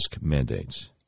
mandates